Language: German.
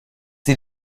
sie